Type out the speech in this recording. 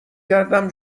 کردم